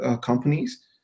companies